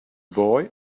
boy